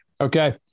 okay